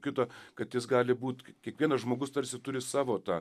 kito kad jis gali būt kiekvienas žmogus tarsi turi savo tą